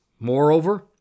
Moreover